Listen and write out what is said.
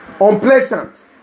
unpleasant